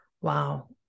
Wow